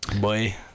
boy